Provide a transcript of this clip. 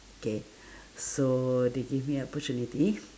okay so they give me opportunity